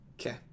Okay